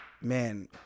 man